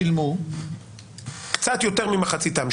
קצת יותר ממחיצתם,